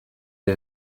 der